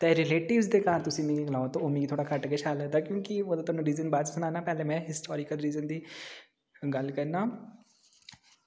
ते रिलेटिव्स दे घर तुस मिगी गलाओ ते ओह् मिगी थोह्ड़ा घट्ट गै शैल लगदा क्योंकि ओह्दा रीजन में तुसेंगी बाद च सनानां पैह्लें हिस्टारिक्ल रीजन दी गल्ल करनां